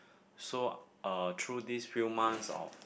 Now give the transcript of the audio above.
so uh through these few months of